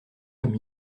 comme